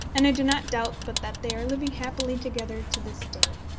and i do not doubt but that they are living happily together to this day.